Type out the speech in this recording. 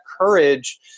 courage